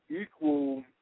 equal